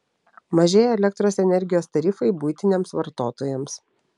mažėja elektros energijos tarifai buitiniams vartotojams